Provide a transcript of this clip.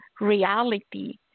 reality